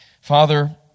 Father